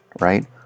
Right